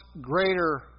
greater